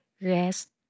rest